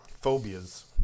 Phobias